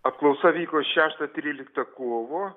apklausa vyko šeštą tryliktą kovo